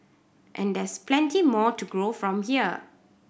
and there's plenty more to grow from here